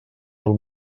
del